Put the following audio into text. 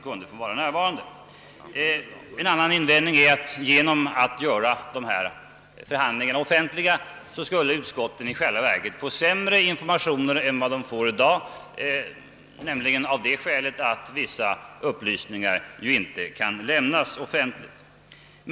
En annan invändning är att utskotten genom att göra förhandlingarna offentliga skulle få sämre informationer än de i dag får. Detta skulle bero på att vissa upplysningar inte kan lämnas offentligt.